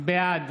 בעד